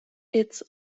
its